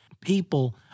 People